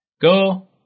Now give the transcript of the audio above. go